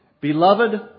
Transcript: Beloved